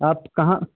आप कहाँ